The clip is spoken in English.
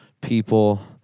people